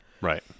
Right